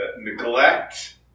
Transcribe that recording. neglect